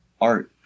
art